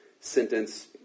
sentence